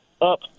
up